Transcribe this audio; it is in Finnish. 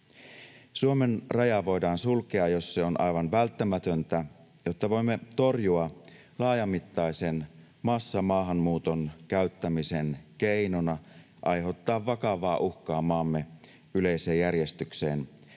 Suomen raja voidaan sulkea, jos se on aivan välttämätöntä, jotta voimme torjua laajamittaisen massamaahanmuuton käyttämisen keinona aiheuttaa vakavaa uhkaa maamme yleiseen järjestykseen,